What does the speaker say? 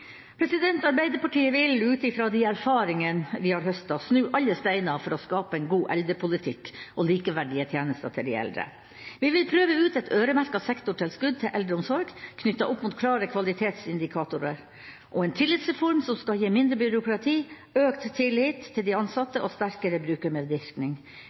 Arbeiderpartiet vil, ut fra de erfaringene vi har høstet, snu alle steiner for å skape en god eldrepolitikk og likeverdige tjenester til de eldre. Vi vil prøve ut et øremerket sektortilskudd til eldreomsorg knyttet opp mot klare kvalitetsindikatorer og en tillitsreform som skal gi mindre byråkrati, økt tillit til de